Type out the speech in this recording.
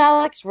Alex